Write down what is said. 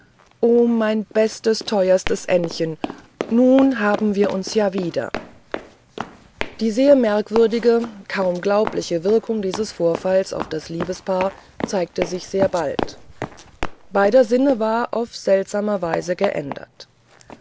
o mein bestes teuerstes ännchen nun haben wir uns ja wieder die sehr merkwürdige kaum glaubliche wirkung dieses vorfalls auf das liebespaar zeigte sich sehr bald beider sinn war auf eine seltsame weise geändert